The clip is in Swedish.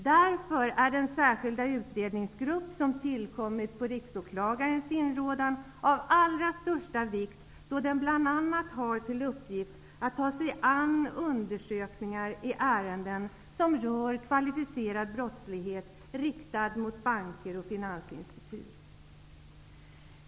Därför är den särskilda utredningsgrupp som tillkommit på Riksåklagarens inrådan av allra största vikt, då den bl.a. har till uppgift att ta sig an undersökningar i ärenden som rör kvalificerad brottslighet riktad mot banker och finansinstitut.